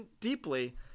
deeply